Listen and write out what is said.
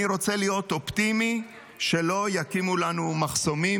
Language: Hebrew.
אני רוצה להיות אופטימי שלא יקימו לנו מחסומים